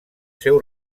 seu